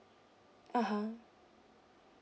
(uh huh)